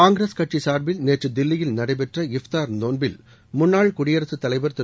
காங்கிரஸ் கட்சி சார்பில் நேற்று தில்லியில் நடைபெற்ற இப்தார் நோன்பில் முன்னாள் குடியரசுத் தலைவர் திரு